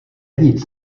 nic